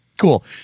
Cool